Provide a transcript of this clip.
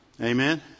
Amen